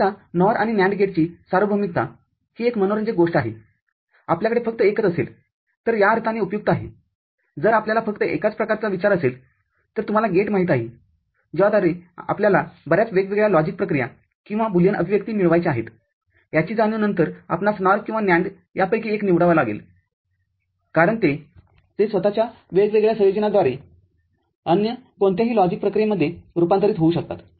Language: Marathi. आता NOR आणि NAND गेटची सार्वभौमिकता ही एक मनोरंजक गोष्ट आहेआपल्याकडे फक्त एकच असेल तर या अर्थाने उपयुक्त आहेजर आपल्याला फक्त एकाच प्रकाराचा विचार असेल तर तुम्हाला गेट माहित आहेज्याद्वारे आपल्याला बर्याच वेगवेगळ्या लॉजिक प्रक्रिया किंवा बुलियन अभिव्यक्तीमिळवायच्या आहेतयाची जाणीव नंतर आपणास NOR किंवा NAND यापैकी एक निवडावा लागेलकारण ते स्वतःच्या वेगवेगळ्या संयोजनांद्वारे अन्य कोणत्याही लॉजिक प्रक्रियेमध्ये रूपांतरित होऊ शकतात